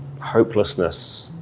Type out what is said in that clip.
hopelessness